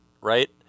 right